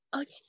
okay